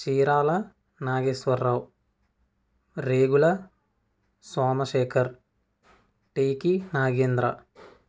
చీరాల నాగేశ్వర్రావు రేగుల సోమశేఖర్ టీకి నాగేంద్ర